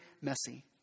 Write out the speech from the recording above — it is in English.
messy